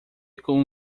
com